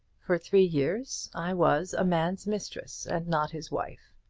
for three years i was a man's mistress, and not his wife.